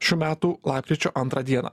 šių metų lapkričio antrą dieną